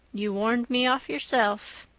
you warned me off yourself.